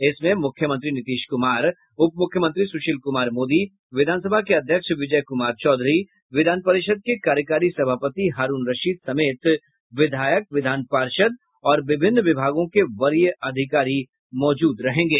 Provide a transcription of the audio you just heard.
इसमें मुख्यमंत्री नीतीश कुमार उपमुख्यमंत्री सुशील कुमार मोदी विधानसभा के अध्यक्ष विजय कुमार चौधरी विधान परिषद के कार्यकारी सभापति हारूण रशीद समेत विधायक विधान पार्षद और विभिन्न विभागों के वरीय अधिकारी मौजूद रहेंगे